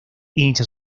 inicia